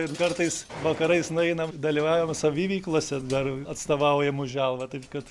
ir kartais vakarais nueinam dalyvaujam saviveiklose dar atstovaujam už želvą taip kad